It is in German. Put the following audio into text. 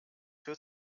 hört